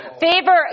Favor